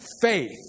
faith